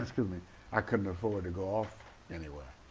i mean i couldn't afford to go off anywhere.